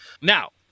Now